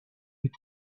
with